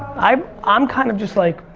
i'm um kind of just like,